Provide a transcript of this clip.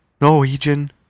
Norwegian